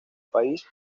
país